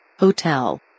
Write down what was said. Hotel